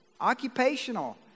occupational